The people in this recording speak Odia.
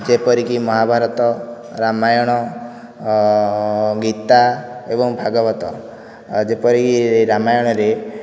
ଯେପରିକି ମହାଭାରତ ରାମାୟଣ ଗୀତା ଏବଂ ଭାଗବତ ଯେପରିକି ରାମାୟଣରେ